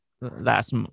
last